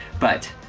but,